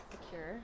secure